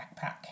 backpack